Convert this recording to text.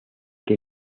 que